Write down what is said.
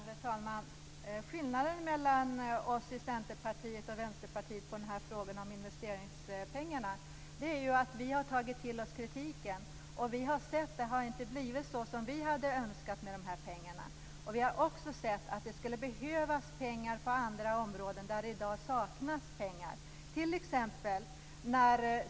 Herr talman! Skillnaden mellan oss i Centerpartiet och Vänsterpartiet i fråga om investeringspengarna är ju att vi har tagit till oss kritiken. Vi har sett att det inte har blivit så som vi hade önskat med de här pengarna. Vi har också sett att det skulle behövas pengar på andra områden där det i dag saknas pengar.